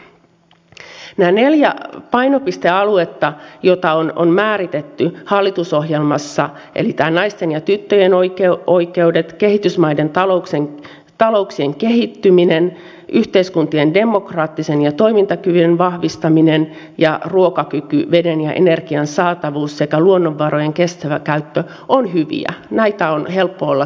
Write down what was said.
nämä neljä painopistealuetta jotka on määritetty hallitusohjelmassa eli naisten ja tyttöjen oikeudet kehitysmaiden talouksien kehittyminen yhteiskuntien demokraattisuus ja toimintakyvyn vahvistaminen sekä ruokakyky veden ja energian saatavuus ja luonnonvarojen kestävä käyttö ovat hyviä näitä on helppo olla tukemassa